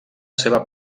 seva